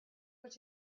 what